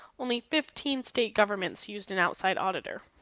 only fifteen state governments used an outside auditor.